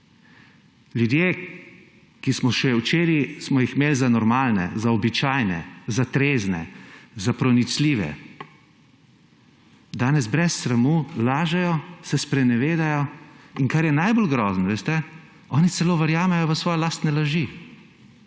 Ljudje, ki smo jih še včeraj imeli za normalne, za običajne, za trezne, za pronicljive, danes brez sramu lažejo, se sprenevedajo, in kar je najbolj grozno, oni celo verjamejo v svoje lastne laži.